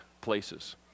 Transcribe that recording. places